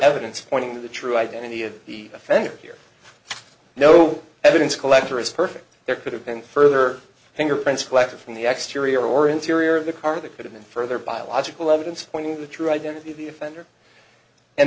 evidence pointing to the true identity of the offender here no evidence collector is perfect there could have been further fingerprints collected from the exteriors or interior of the car that could have been further biological evidence pointing to the true identity of the offender and